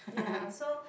ya so